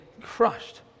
crushed